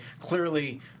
clearly